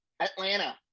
Atlanta